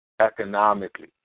economically